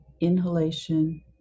inhalation